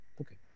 okay